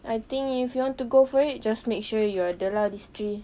I think if you want to go for it just make sure you ada lah these three